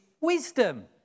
wisdom